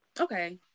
Okay